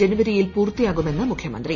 ജനുവരിയിൽ പൂർത്തിയാകുമെന്ന് മുഖ്യമന്ത്രി